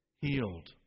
Healed